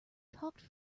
talked